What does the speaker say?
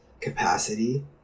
capacity